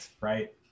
right